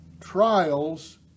trials